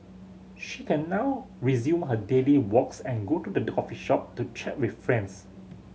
she can now resume her daily walks and go to the coffee shop to chat with friends